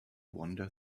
wander